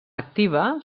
activa